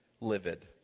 livid